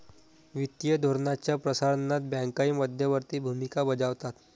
वित्तीय धोरणाच्या प्रसारणात बँकाही मध्यवर्ती भूमिका बजावतात